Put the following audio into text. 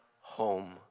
home